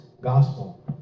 gospel